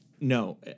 No